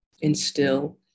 instill